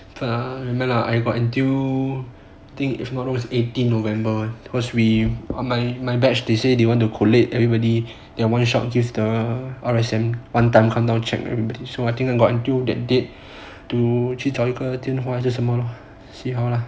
err no lah I got until I think if I'm not wrong eighteen november cause we my my batch they say they want to collate everybody then one shot give the R_S_M one time come down check everybody so I think about until that date to 去找一个电话还是什么 see how lah